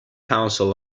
council